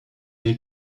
les